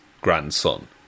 grandson